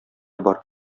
бар